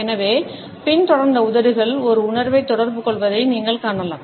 எனவே உதடுகள் ஒரு உணர்வைத் தொடர்புகொள்வதை நீங்கள் காணலாம்